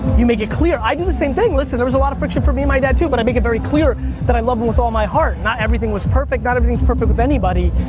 you make it clear, i do the same thing, listen, there was a lot of friction for me and my dad, too, but i make it very clear that i love him with all my heart. not everything was perfect, not everything's perfect with anybody,